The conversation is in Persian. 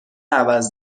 عوض